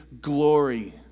glory